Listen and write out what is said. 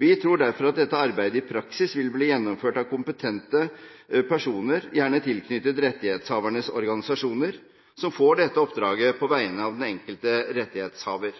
Vi tror derfor at dette arbeidet i praksis vil bli gjennomført av kompetente personer, gjerne tilknyttet rettighetshavernes organisasjoner, som får dette oppdraget på vegne av den enkelte rettighetshaver.